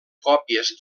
còpies